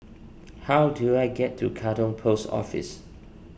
how do I get to Katong Post Office